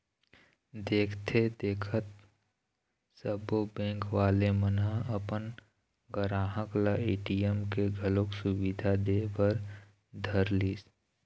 देखथे देखत सब्बो बेंक वाले मन ह अपन गराहक ल ए.टी.एम के घलोक सुबिधा दे बर धरलिस